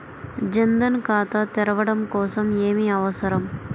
జన్ ధన్ ఖాతా తెరవడం కోసం ఏమి అవసరం?